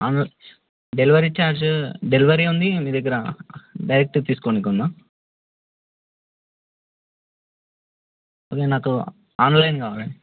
delivery charge delivery ఉంది మీ దగ్గర డైరెక్ట్ తీసుకోనికి ఉందా ఓకే నాకు ఆన్లైన్ కావాలి